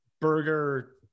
burger